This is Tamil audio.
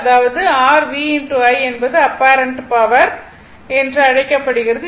அதாவது r V I என்பது அப்பேரன்ட் பவர் என்று அழைக்கப்படுகிறது